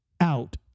out